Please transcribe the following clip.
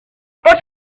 por